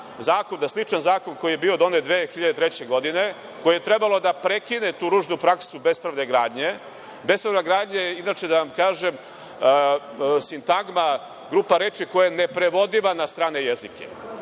na sličan zakon koji je bio donet 2003. godine, koji je trebalo da prekine tu ružnu praksu bespravne gradnje. Bespravna gradnja je, inače da vam kažem, sintagma, grupa reči koja je neprevodiva na strane jezike.